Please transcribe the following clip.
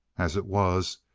as it was,